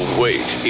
wait